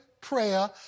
prayer